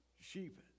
sheep